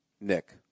Nick